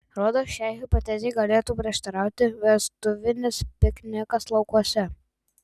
rodos šiai hipotezei galėtų prieštarauti vestuvinis piknikas laukuose